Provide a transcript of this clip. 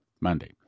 Monday